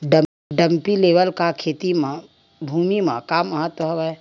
Dumpy level का खेती भुमि म का महत्व हावे?